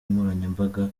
nkoranyambaga